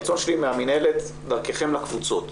הרצון שלי מהמינהלת דרככם לקבוצות,